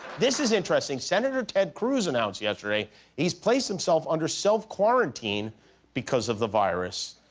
this is interesting. senator ted cruz announced yesterday he's placed himself under self-quarantine because of the virus.